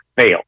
fail